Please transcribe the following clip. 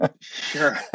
Sure